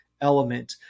element